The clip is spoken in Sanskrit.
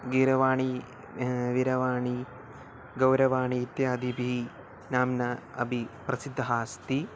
गीर्वाणी विरवाणी गौरवाणी इत्यादिभिः नाम्ना अपि प्रसिद्धः अस्ति